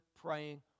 praying